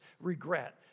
regret